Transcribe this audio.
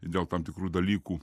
dėl tam tikrų dalykų